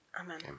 Amen